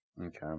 Okay